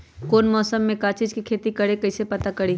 कौन मौसम में का चीज़ के खेती करी कईसे पता करी?